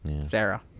Sarah